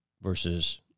versus